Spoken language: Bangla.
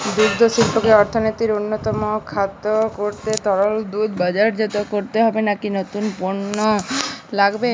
দুগ্ধশিল্পকে অর্থনীতির অন্যতম খাত করতে তরল দুধ বাজারজাত করলেই হবে নাকি নতুন পণ্য লাগবে?